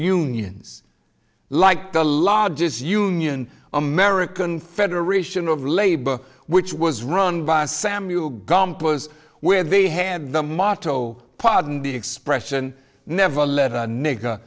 millions like the largest union american federation of labor which was run by samuel gompers where they had the motto pardon the expression never let a nigg